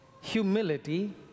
humility